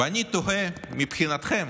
ואני תוהה: מבחינתכם,